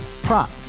Prop